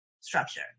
structure